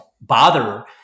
bother